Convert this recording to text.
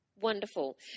Wonderful